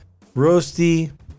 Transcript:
roasty